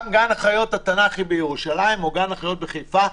גם גן החיות התנ"כי בירושלים או גן החיות בחיפה,